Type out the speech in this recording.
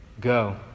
Go